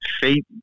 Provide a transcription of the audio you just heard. fate